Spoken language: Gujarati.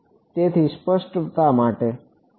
તેથી સ્પષ્ટ માટે